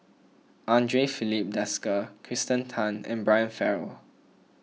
andre Filipe Desker Kirsten Tan and Brian Farrell